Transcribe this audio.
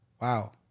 wow